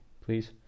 please